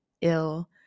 ill